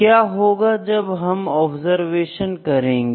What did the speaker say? क्या होगा जब हम ऑब्जर्वेशंस करेंगे